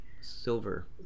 silver